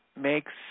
makes